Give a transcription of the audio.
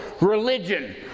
religion